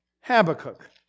Habakkuk